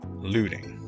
Looting